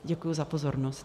Děkuji za pozornost.